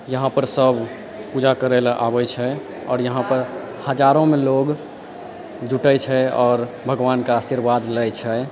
यहाँ पर सभ पूजा करयलऽ आबैत छै आओर यहाँ पर हजारोमे लोग जुटैत छै आओर भगवानके आशीर्वाद लैत छै